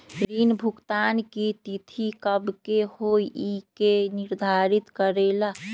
ऋण भुगतान की तिथि कव के होई इ के निर्धारित करेला?